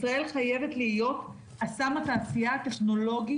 ישראל חייבת להיות הסם התעשייה הטכנולוגי